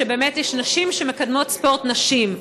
שבאמת יש נשים שמקדמות ספורט נשים.